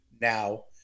now